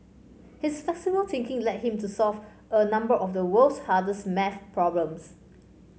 his flexible thinking led him to solve a number of the world's hardest maths problems